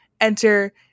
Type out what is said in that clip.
Enter